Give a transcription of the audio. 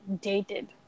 dated